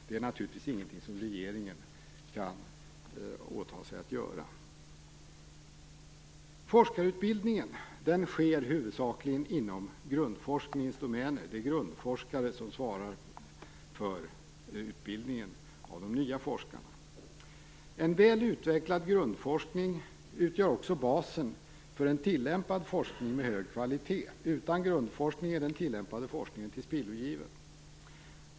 Det är naturligtvis ingenting som regeringen kan åta sig att göra. Forskarutbildningen sker huvudsakligen inom grundforskningens domäner. Det är grundforskare som svarar för utbildning av de nya forskarna. En väl utvecklad grundforskning utgör också basen för en tillämpad forskning av hög kvalitet. Utan grundforskning är den tillämpade forskningen tillspillogiven.